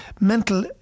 mental